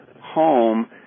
home